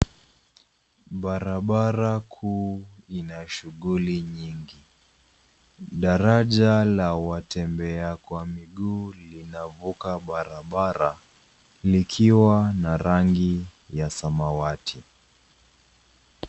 Barabara kuu ina shughuli nyingi. Daraja la watembea kwa miguu linavuka barabara likiwa na rangi ya samawati.